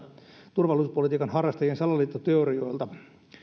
turvallisuuspolitiikan harrastajien salaliittoteorioilta